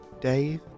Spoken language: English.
Dave